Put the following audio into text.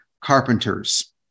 carpenters